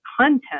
content